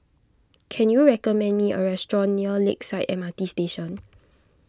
can you recommend me a restaurant near Lakeside M R T Station